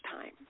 time